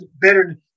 better